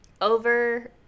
Over